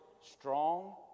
strong